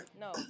No